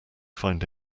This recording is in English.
find